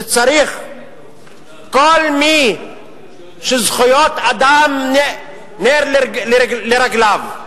שצריך כל מי שזכויות אדם נר לרגליו,